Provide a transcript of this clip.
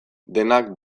denak